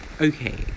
okay